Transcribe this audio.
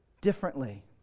differently